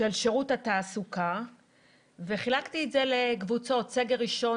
הוא ניתן לארבעה חודשים,